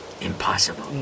Impossible